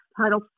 Title